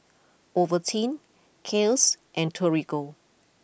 Ovaltine Kiehl's and Torigo